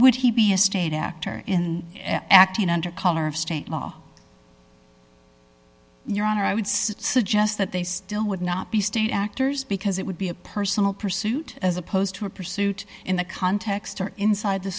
would he be a state actor in acting under color of state law your honor i would suggest that they still would not be state actors because it would be a personal pursuit as opposed to a pursuit in the context or inside the